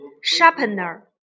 Sharpener